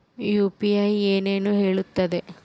UPI ಏನನ್ನು ಹೇಳುತ್ತದೆ?